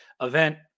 event